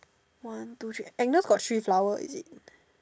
one two three Agnes got three flower is it